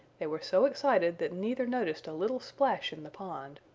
they were so excited that neither noticed a little splash in the pond.